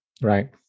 right